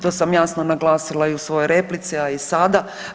To sam jasno naglasila i u svojoj replici, a i sada.